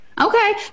Okay